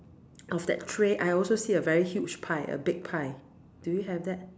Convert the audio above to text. of that tray I also see a very huge pie a big pie do you have that